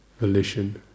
volition